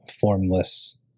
formless